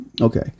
Okay